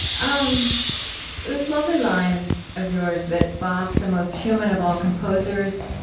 um this lovely line of yours that bach, the most human of all composers,